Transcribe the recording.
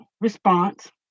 response